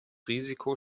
risiko